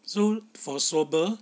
so for swabber